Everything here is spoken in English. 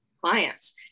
clients